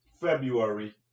february